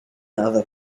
other